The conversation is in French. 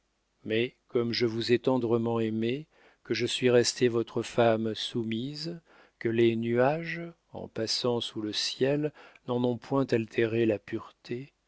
mais comme je vous ai tendrement aimé que je suis restée votre femme soumise que les nuages en passant sous le ciel n'en ont point altéré la pureté